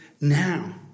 now